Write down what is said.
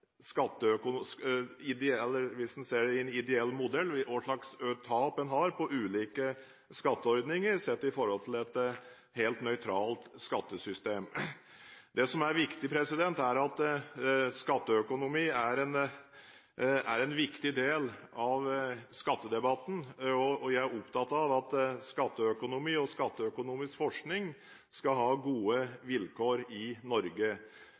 tap en har på ulike skatteordninger sett i forhold til et helt nøytralt skattesystem. Det som er viktig, er at skatteøkonomi er en viktig del av skattedebatten, og jeg er opptatt av at skatteøkonomi og skatteøkonomisk forskning skal ha gode vilkår i Norge.